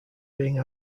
being